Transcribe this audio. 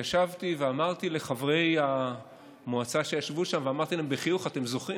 ואמרתי בחיוך לחברי המועצה שישבו שם: אתם זוכרים